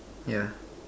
yeah